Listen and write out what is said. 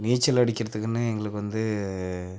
நீச்சல் அடிக்கிறதுக்குன்னு எங்களுக்கு வந்து